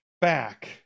back